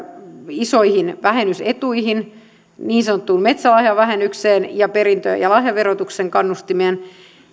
isoihin vähennysetuihin niin sanottuun metsälahjavähennykseen ja perintö ja lahjaverotuksen kannustimeen